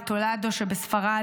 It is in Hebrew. בטולדו שבספרד,